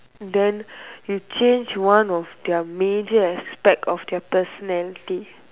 then you change one of their major aspect of their personality